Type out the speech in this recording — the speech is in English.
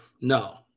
no